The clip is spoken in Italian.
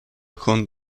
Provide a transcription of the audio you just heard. con